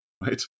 right